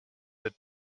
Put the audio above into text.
the